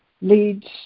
leads